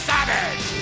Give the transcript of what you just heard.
Savage